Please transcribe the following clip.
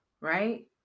Right